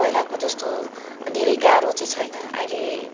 पहिलाको जस्तो धेरै गाह्रो चाहिँ छैन अहिले